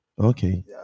Okay